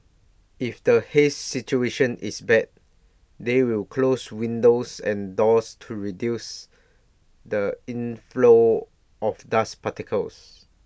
if the haze situation is bad they will close windows and doors to reduce the inflow of dust particles